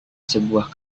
sebuah